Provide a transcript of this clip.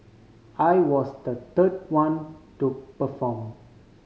I was the third one to perform